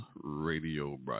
radio